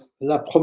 la